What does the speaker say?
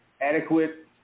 adequate